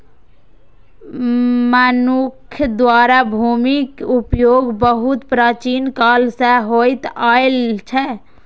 मनुक्ख द्वारा भूमिक उपयोग बहुत प्राचीन काल सं होइत आयल छै